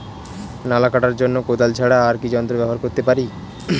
নালা কাটার জন্য কোদাল ছাড়া আর কি যন্ত্র ব্যবহার করতে পারি?